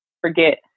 forget